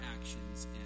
actions